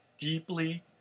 deeply